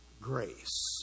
grace